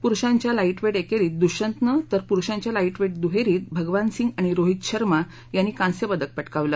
पुरुषांच्या लाईटवेट एकेरीत दृष्यंतनं तर पुरुषांच्या लाईटवेट दुहेरीत भगवान सिंग आणि रोहित शर्मा यांनी कांस्यपदक पटकावलं